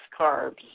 carbs